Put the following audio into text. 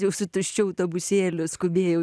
jau su tuščiu autobusėliu skubėjau